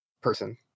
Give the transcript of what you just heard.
person